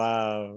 Wow